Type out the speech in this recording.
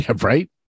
Right